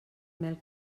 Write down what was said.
mel